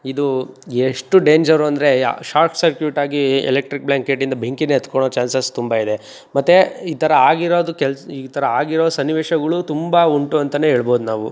ಇದು ಎಷ್ಟು ಡೇಂಜರು ಅಂದರೆ ಯಾ ಶಾರ್ಟ್ ಸರ್ಕ್ಯೂಟಾಗಿ ಎಲೆಕ್ಟ್ರಿಕ್ ಬ್ಲ್ಯಾಂಕೆಟಿಂದ ಬೆಂಕಿ ಹತ್ಕೋಳೋ ಚಾನ್ಸಸ್ ತುಂಬ ಇದೆ ಮತ್ತು ಈ ಥರ ಆಗಿರೋದು ಕೆಲ್ಸ ಈ ಥರ ಆಗಿರೋ ಸನ್ನಿವೇಶಗಳು ತುಂಬ ಉಂಟು ಅಂತ ಹೇಳ್ಬೌದ್ ನಾವು